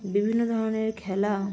বিভিন্ন ধরনের খেলা